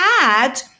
add